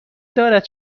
دارد